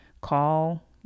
call